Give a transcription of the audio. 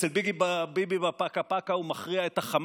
אצל ביבי בפקה-פקה הוא מכריע את החמאס.